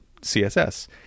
CSS